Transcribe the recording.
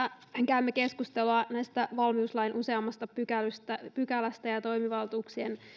käymme keskustelua valmiuslain useammasta pykälästä pykälästä ja toimivaltuuksien